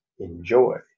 Enjoy